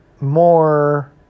more